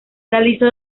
realizó